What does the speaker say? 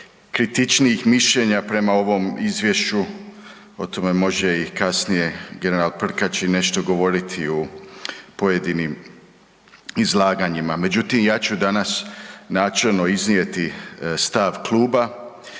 kritičnijih mišljenja prema ovom izvješću. O tome može kasnije i general Prkačin nešto govoriti o pojedinim izlaganjima. Međutim, ja ću danas načelno iznijeti stav kluba.